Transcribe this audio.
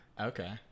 Okay